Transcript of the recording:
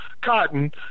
Cotton